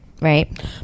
right